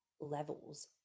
levels